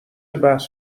بحث